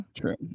true